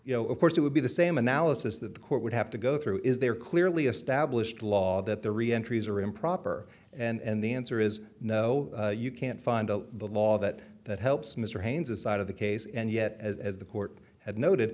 you know of course it would be the same analysis that the court would have to go through is there clearly established law that the re entries are improper and the answer is no you can't find the law that that helps mr haynes inside of the case and yet as the court had noted